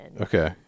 Okay